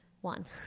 One